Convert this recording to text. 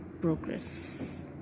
progress